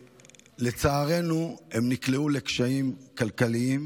לצערנו הם נקלעו לקשיים כלכליים,